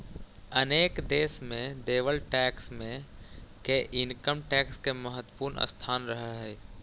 अनेक देश में देवल टैक्स मे के इनकम टैक्स के महत्वपूर्ण स्थान रहऽ हई